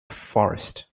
forest